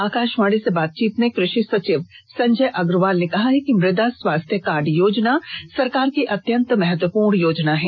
आकाशवाणी से बातचीत में कृषि सचिव संजय अग्रवाल ने कहा है कि मुदा स्वास्थ्य कार्ड योजना सरकार की अत्यंत महत्वपूर्ण पहल है